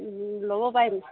ওম ল'ব পাৰিম